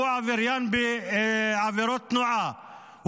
הוא עבריין בעבירות תנועה,